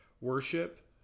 worship